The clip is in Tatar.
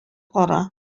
кара